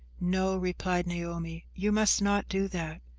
no, replied naomi, you must not do that.